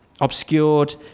obscured